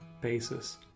basis